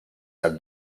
have